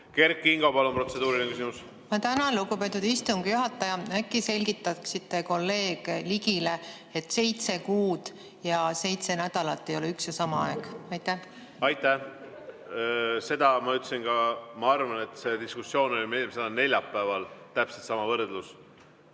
üks ja sama aeg. Aitäh! Ma tänan, lugupeetud istungi juhataja! Äkki selgitaksite kolleeg Ligile, et seitse kuud ja seitse nädalat ei ole üks ja sama aeg. Aitäh! Seda ma ütlesin ka, ma arvan, et see diskussioon oli meil eelmisel neljapäeval, täpselt sama võrdlus.